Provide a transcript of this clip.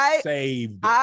saved